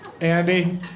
Andy